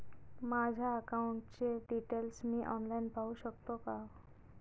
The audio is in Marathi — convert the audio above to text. माझ्या अकाउंटचे डिटेल्स मी ऑनलाईन पाहू शकतो का?